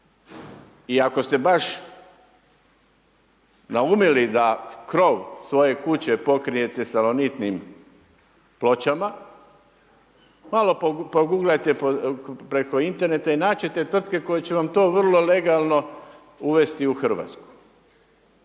I ako ste baš naumili da krov svoje kuće pokrijete salonitnim pločama, malo proguglajte preko interveta i naći ćete tvrtke koje će vam to vrlo legalno uvesti u Hrvatsku.